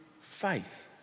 faith